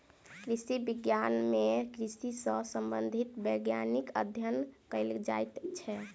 कृषि विज्ञान मे कृषि सॅ संबंधित वैज्ञानिक अध्ययन कयल जाइत छै